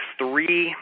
three